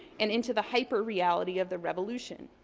and into the hyperreality of the revolution.